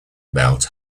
belt